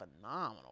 Phenomenal